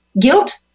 guilt